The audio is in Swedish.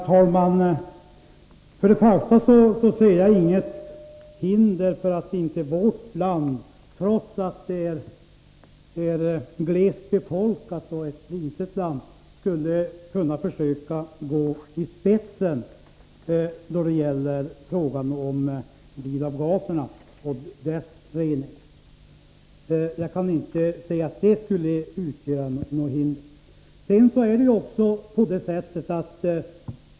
Herr talman! Jag ser inget hinder för att vårt land, trots att det är litet och glest befolkat, skulle försöka gå i spetsen när det gäller frågan om bilavgaserna och deras rening.